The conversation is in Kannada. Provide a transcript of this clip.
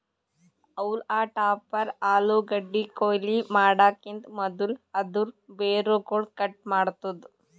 ಹೌಲ್ಮ್ ಟಾಪರ್ ಆಲೂಗಡ್ಡಿ ಕೊಯ್ಲಿ ಮಾಡಕಿಂತ್ ಮದುಲ್ ಅದೂರ್ ಬೇರುಗೊಳ್ ಕಟ್ ಮಾಡ್ತುದ್